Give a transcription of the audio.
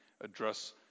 address